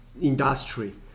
industry